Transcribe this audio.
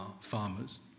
farmers